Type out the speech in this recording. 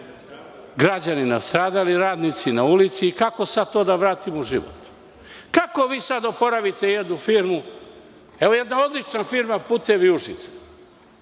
građani nastradali, radnici na ulici i kako sada to da vratimo u život? Kako sada vi da oporavite jednu firmu? Evo, jedna odlična firma „Putevi Užice“.